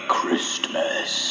Christmas